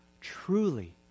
truly